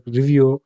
review